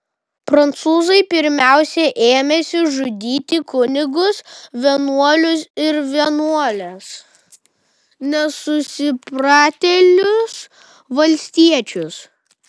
prancūzai pirmiausia ėmėsi žudyti kunigus vienuolius ir vienuoles nesusipratėlius valstiečius